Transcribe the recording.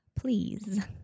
please